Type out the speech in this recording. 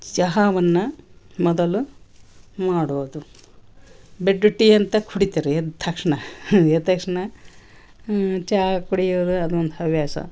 ಚಹಾವನ್ನ ಮೊದಲು ಮಾಡೋದು ಬೆಡ್ಡು ಟೀ ಅಂತ ಕುಡೀತಾರೆ ಎದ್ದ ತಕ್ಷಣ ಎದ್ದ ತಕ್ಷಣ ಚಹಾ ಕುಡಿಯೋದು ಅದೊಂದು ಹವ್ಯಾಸ